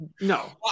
no